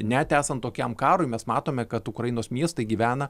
net esant tokiam karui mes matome kad ukrainos miestai gyvena